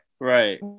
Right